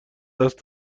دست